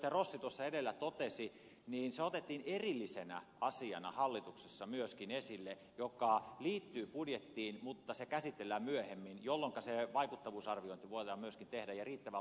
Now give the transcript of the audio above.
rossi tuossa edellä totesi niin se otettiin hallituksessa myöskin esille erillisenä asiana joka liittyy budjettiin mutta se käsitellään myöhemmin jolloinka se vaikuttavuusarviointi voidaan myöskin tehdä ja riittävän